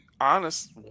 honest